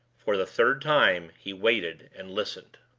for the third time he waited and listened.